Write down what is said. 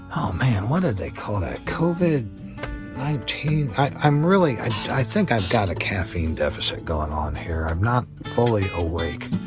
oh man, what did they call that, covid nineteen? i'm really, i i think i've got a caffeine deficit going on here. i'm not fully awake,